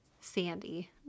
Sandy